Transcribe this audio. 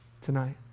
tonight